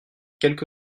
quelque